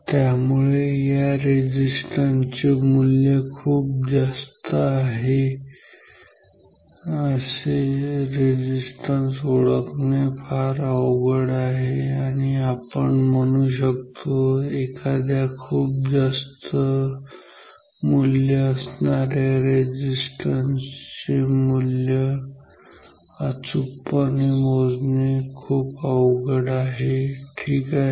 त्यामुळे ज्या रेझिस्टन्स चे मूल्य खूप जास्त आहे असे रेझिस्टन्स ओळखणे फार अवघड आहे किंवा आपण म्हणू शकतो एखाद्या खूप जास्त मूल्य असणाऱ्या रेझिस्टन्स चे मूल्य अचूक पणे मोजणे खूप अवघड आहे ठीक आहे